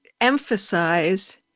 emphasize